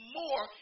more